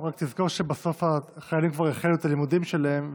רק תזכור שבסוף החיילים כבר החלו את הלימודים שלהם,